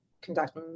conduct